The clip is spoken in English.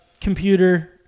computer